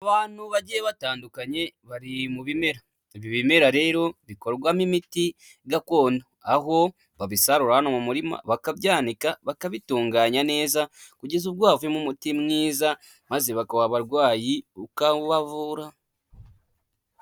Abantu bagiye batandukanye bari mu bimera, ibi bimera rero bikorwamo imiti gakondo aho babisarura hano mu murima bakabyanika bakabitunganya neza kugeza ubwo havuyemo umuti mwiza maze bakawuha abarwayi ukabavura.